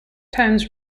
times